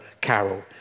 carol